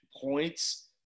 points